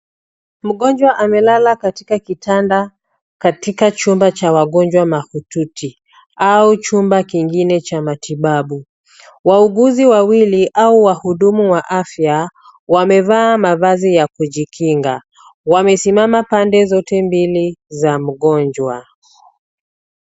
Mgonjwa amelela katika kitanda katika chumba cha wagonjwa mahututi au chumba kingine cha matibabu. Wauguzi wawili au wahudumu wa afya wamevaa mavazi ya kujikinga. Wamesimama pande zote mbili za mgonjwa.